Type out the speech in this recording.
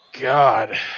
God